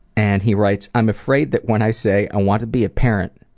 and he writes, i'm afraid that when i say i want to be parent,